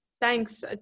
thanks